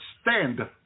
stand